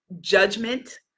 judgment